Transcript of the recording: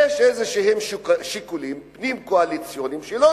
יש איזה שיקולים פנים-קואליציוניים שלא